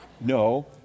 no